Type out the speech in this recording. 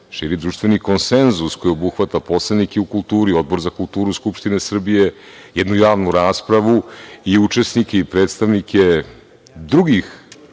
širi društveni konsenzus koji obuhvata poslanike u kulturi, Odbor za kulturu Skupštine Srbije, jednu javnu raspravu i učesnike i predstavnike iz drugih